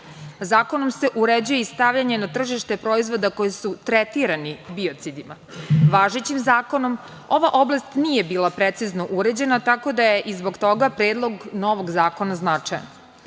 EU.Zakonom se uređuje i stavljanje na tržište proizvoda koji su tretirani biocidima. Važećim zakonom ova oblast nije bila precizno uređena tako da je i zbog toga Predlog novog zakona značajan.